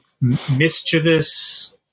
mischievous